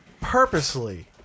purposely